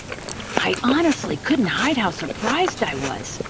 i honestly couldn't hide how surprised i was.